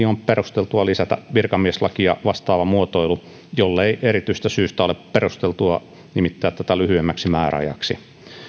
on perusteltua lisätä virkamieslakia vastaava muotoilu jollei erityisestä syystä ole perusteltua nimittää tätä lyhyemmäksi määräajaksi